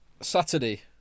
Saturday